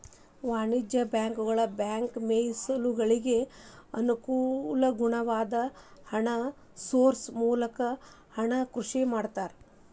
ವಾಣಿಜ್ಯ ಬ್ಯಾಂಕುಗಳ ಬ್ಯಾಂಕ್ ಮೇಸಲುಗಳಿಗೆ ಅನುಗುಣವಾದ ಹಣನ ಸೇರ್ಸೋ ಮೂಲಕ ಹಣನ ಸೃಷ್ಟಿ ಮಾಡ್ತಾರಾ